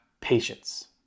patience